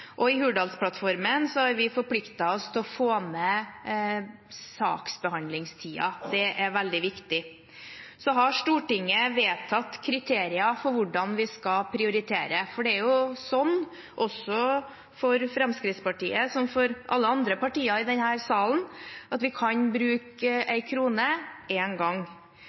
I Hurdalsplattformen har vi forpliktet oss til å få ned saksbehandlingstiden. Det er veldig viktig. Så har Stortinget vedtatt kriterier for hvordan vi skal prioritere. Det er jo slik – også for Fremskrittspartiet, som for alle andre partier i denne salen – at vi kan bruke en krone én gang.